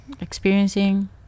experiencing